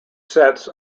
sets